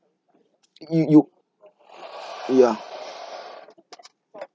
you you ya